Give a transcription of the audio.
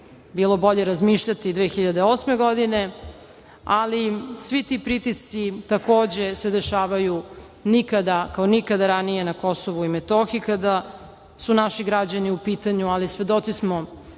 bilo bolje razmišljati 2008. godine. Svi ti pritisci takođe se dešavaju nikada, kao nikada ranije na Kosovu i Metohiji kada su naši građani u pitanju, ali svedoci smo